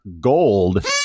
Gold